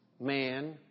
Man